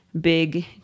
big